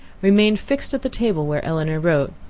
remained fixed at the table where elinor wrote,